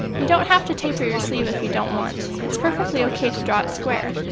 you don't have to taper your sleeve if you don't want, it's perfectly okay to draw it square.